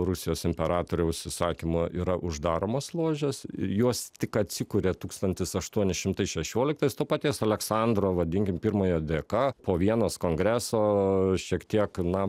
rusijos imperatoriaus įsakymu yra uždaromos ložės jos tik atsikuria tūkstantis aštuoni šimtai šešioliktais to paties aleksandro vadinkim pirmojo dėka po vienos kongreso šiek tiek na